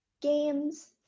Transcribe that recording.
games